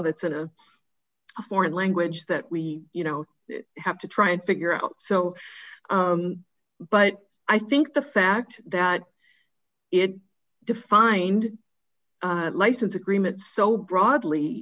that's an a foreign language that we you know have to try and figure out so but i think the fact that it defined license agreement so broadly